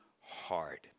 hard